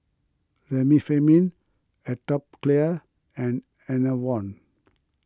Remifemin Atopiclair and Enervon